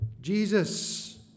Jesus